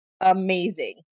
amazing